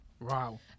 Wow